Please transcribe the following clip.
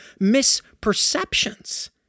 misperceptions